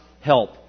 help